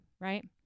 right